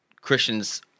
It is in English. Christians